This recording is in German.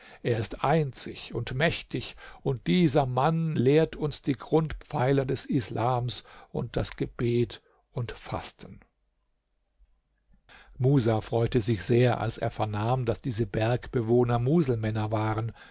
er ist einzig und mächtig und dieser mann lehrte uns die grundpfeiler des islams und das gebet und fasten musa freute sich sehr als er vernahm daß diese bergbewohner muselmänner waren